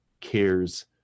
cares